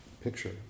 picture